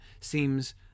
seems